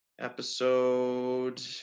episode